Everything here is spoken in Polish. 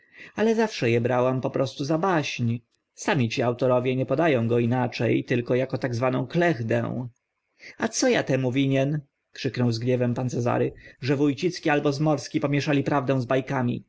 ale zawsze e brałam po prostu za baśń sami ci autorowie nie poda ą go inacze tylko ako tak zwaną klechdę a co a temu winien krzyknął z gniewem pan cezary że wó cicki albo zmorski pomieszali prawdę z ba